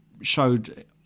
showed